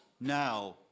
now